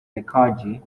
lekrjahre